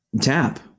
tap